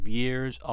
years